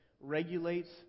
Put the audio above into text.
regulates